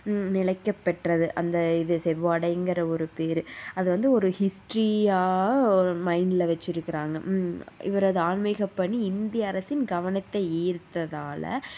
நிலைக்கப்பெற்றது அந்த இது செவ்வாடைங்குற ஒரு பேர் அது வந்து ஒரு ஹிஸ்ட்ரியாக மைண்ட்ல வச்சிருக்குறாங்க இவரது ஆன்மீகப்பணி இந்திய அரசின் கவனத்தை ஈர்த்ததால்